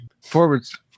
forwards